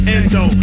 Endo